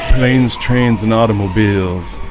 planes trains and automobiles